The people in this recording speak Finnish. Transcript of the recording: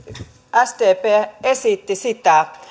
sdp esitti sitä